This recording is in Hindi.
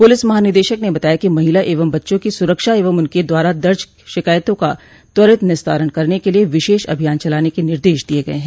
पुलिस महानिदेशक ने बताया कि महिला एवं बच्चों की सुरक्षा एवं उनके द्वारा दर्ज शिकायतों का त्वरित निस्तारण करने के लिए विशेष अभियान चलाने के निर्देश दिये गये हैं